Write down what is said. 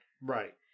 Right